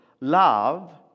love